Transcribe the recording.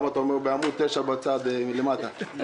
בעמוד 9 למטה.